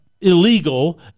illegal